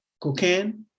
cocaine